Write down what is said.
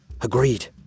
Agreed